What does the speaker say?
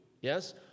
yes